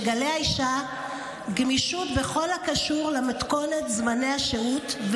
תגלה האישה גמישות בכל הקשור למתכונת זמני השהות,